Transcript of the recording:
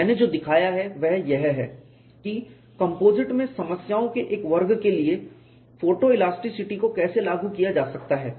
मैंने जो दिखाया है वह यह है कि कंपोजिट में समस्याओं के एक वर्ग के लिए फोटोइलास्टिसिटी को कैसे लागू किया जा सकता है